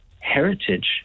heritage